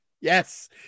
yes